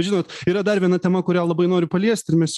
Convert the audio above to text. žinot yra dar viena tema kurią labai noriu paliesti ir mes